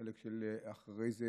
בחלק אחרי זה,